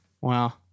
Wow